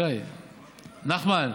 שי, נחמן,